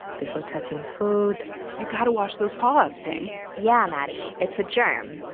before touching food you got to wash those paws, pien yeah, maddie. it's a germ,